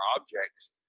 objects